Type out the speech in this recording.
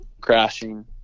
crashing